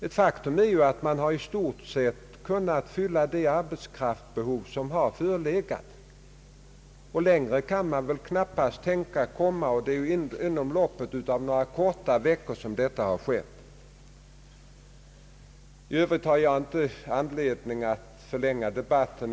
Ett faktum är att man i stort sett har kunnat fylla det arbetskraftsbehov som förelegat, och längre kan man väl knappast komma. Det är under loppet av några korta veckor som detta har skett. I övrigt har jag inte anledning att förlänga debatten.